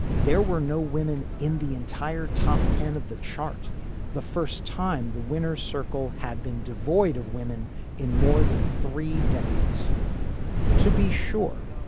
there were no women in the entire top ten of the charts the first time the winner's circle had been devoid of women in more than three decades to be sure,